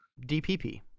DPP